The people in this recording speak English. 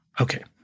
Okay